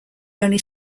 only